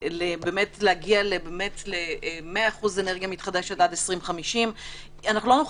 להגיע באמת ל-100% אנרגיה מתחדשת עד 2050. לא נוכל